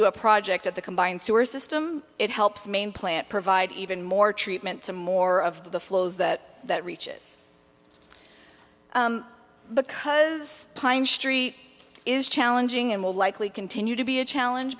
do a project at the combined sewer system it helps main plant provide even more treatment to more of the flows that that reaches because pine street is challenging and will likely continue to be a challenge